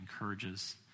encourages